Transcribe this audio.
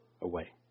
away